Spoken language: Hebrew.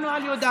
1 לא